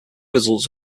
results